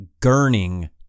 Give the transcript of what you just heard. Gurning